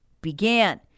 began